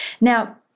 Now